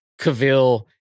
Cavill